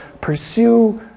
pursue